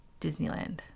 disneyland